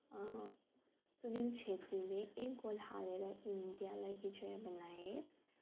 सुनिल छेत्रीले एक गोल हालेर इन्डियालाई विजयी बनाए